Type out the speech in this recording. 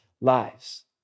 lives